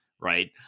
right